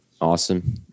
Awesome